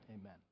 Amen